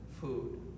food